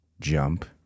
jump